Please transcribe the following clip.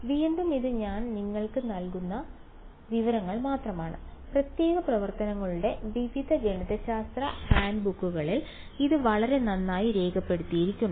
വീണ്ടും ഇത് ഞാൻ നിങ്ങൾക്ക് നൽകുന്ന വിവരങ്ങൾ മാത്രമാണ് പ്രത്യേക പ്രവർത്തനങ്ങളുടെ വിവിധ ഗണിതശാസ്ത്ര ഹാൻഡ് ബുക്കുകളിൽ ഇത് വളരെ നന്നായി രേഖപ്പെടുത്തിയിട്ടുണ്ട്